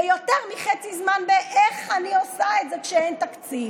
ויותר מחצי זמן באיך אני עושה את זה כשאין תקציב.